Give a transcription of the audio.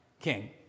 King